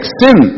sin